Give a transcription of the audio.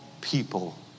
people